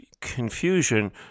confusion